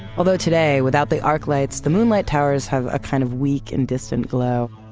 although today without the arc lights, the moonlight towers have a kind of weak and distant glow.